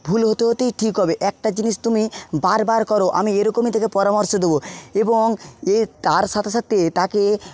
ভুল হতে হতেই ঠিক হবে একটা জিনিস তুমি বারবার করো আমি এরকমই তাকে পরামর্শ দেব এবং এ তার সাথে সাথে তাকে